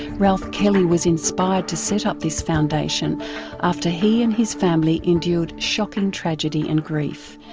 ralph kelly was inspired to set up this foundation after he and his family endured shocking tragedy and grief,